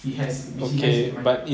he has which he has in the mind